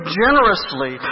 generously